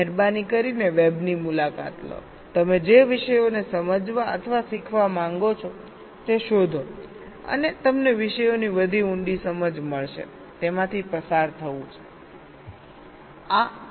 મહેરબાની કરીને વેબની મુલાકાત લો તમે જે વિષયોને સમજવા અને શીખવા માંગો છો તે શોધો અને તમને વિષયોની વધુ ઊંડીસમજ મળશે તેમાંથી પસાર થવું છે